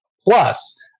Plus